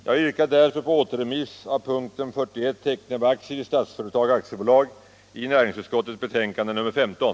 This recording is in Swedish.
Jag yrkar därför återremiss av punkten 41, Teckning av aktier i Statsföretag AB, i näringsutskottets betänkande nr 15.